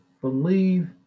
believe